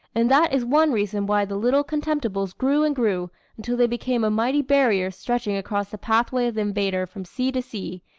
and that is one reason why the little contemptibles grew and grew until they became a mighty barrier stretching across the pathway of the invader from sea to sea,